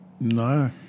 no